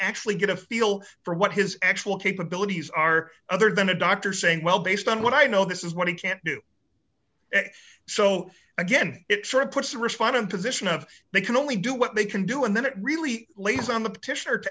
actually get a feel for what his actual capabilities are other than a doctor saying well based on what i know this is what he can't do so again it sure puts the respond in position of they can only do what they can do and then it really lays on the petitioner to